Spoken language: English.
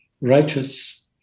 righteous